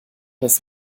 das